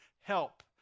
help